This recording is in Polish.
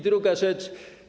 Druga rzecz.